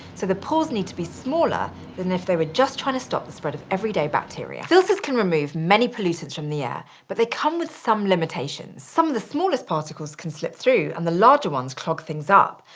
so the pores need to be smaller than if they were just trying to stop the spread of everyday bacteria. filters can remove many pollutants from the air, but they come with some limitations. some of the smallest particles can slip through and larger ones clog things up,